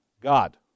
God